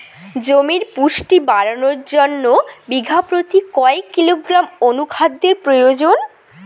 জমির পুষ্টি বাড়ানোর জন্য বিঘা প্রতি কয় কিলোগ্রাম অণু খাদ্যের প্রয়োজন?